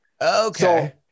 Okay